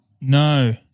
No